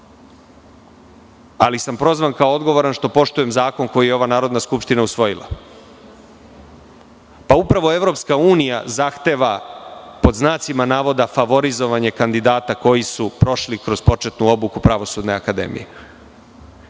ali sam prozvan kao odgovoran što poštujem zakon koji je ova Narodna skupština usvojila. Upravo EU zahteva "favorizovanje" kandidata koji su prošli kroz početnu obuku Pravosudne akademije.